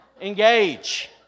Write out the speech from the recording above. Engage